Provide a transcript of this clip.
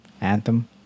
Anthem